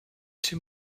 too